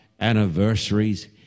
anniversaries